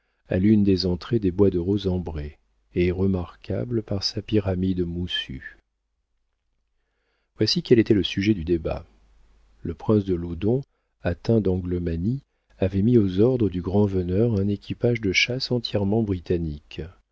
à l'une des entrées des bois de rosembray et remarquable par sa pyramide moussue voici quel était le sujet du débat le prince de loudon atteint d'anglomanie avait mis aux ordres du grand-veneur un équipage de chasse entièrement britannique